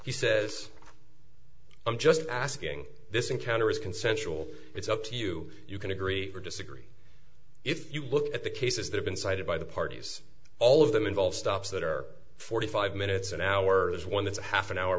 he says i'm just asking this encounter was consensual it's up to you you can agree or disagree if you look at the cases they've been cited by the parties all of them involved stops that are forty five minutes an hour is one that's a half an hour